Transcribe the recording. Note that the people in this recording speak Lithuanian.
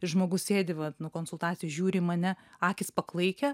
žmogus sėdi vat nu konsultacijoj žiūri į mane akys paklaikę